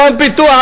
גם פיתוח.